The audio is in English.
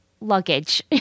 luggage